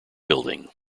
building